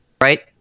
right